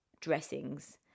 dressings